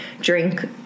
drink